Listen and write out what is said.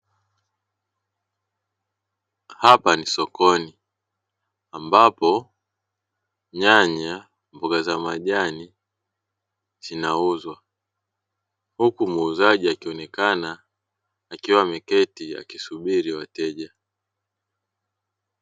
Hapa ni sokoni ambapo nyanya, mboga za majani zinauzwa huku muuzaji akionekana akiwa ameketi akisubiri wateja.